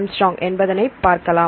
2A என்பதனை பார்க்கலாம்